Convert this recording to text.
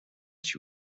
she